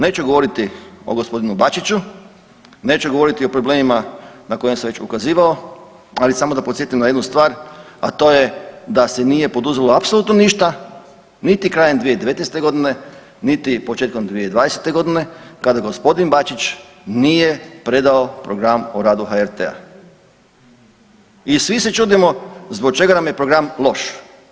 Neću govoriti o gospodinu Bačiću, neću govoriti o problemima na koje sam već ukazivao ali samo da podsjetim na jednu stvar a to je da se nije poduzelo apsolutno ništa, niti krajem 2019. godine, niti početkom 2020. godine kada gospodin Bačić nije predao program o radu HRT-a i svi se čudimo zbog čega nam je program loš.